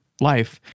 life